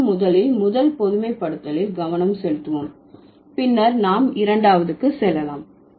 இப்போது முதலில் முதல் பொதுமைப்படுத்தலில் கவனம் செலுத்துவோம் பின்னர் நாம் இரண்டாவது செல்லலாம்